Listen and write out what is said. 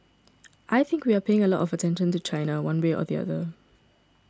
I think we are paying a lot of attention to China one way or the other